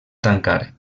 tancar